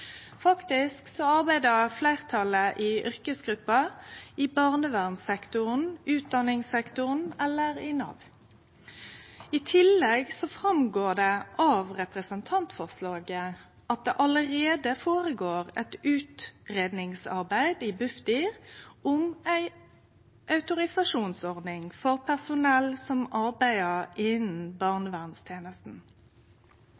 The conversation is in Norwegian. arbeider fleirtalet i yrkesgruppa i barnevernssektoren, i utdanningssektoren eller i Nav. I tillegg går det fram av representantforslaget at det allereie føregår eit utgreiingsarbeid i Bufdir om ei autorisasjonsordning for personell som arbeider